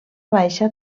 baixa